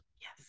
yes